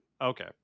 okay